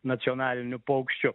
nacionaliniu paukščiu